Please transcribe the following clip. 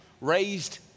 raised